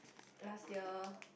last year